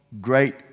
great